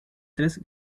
tres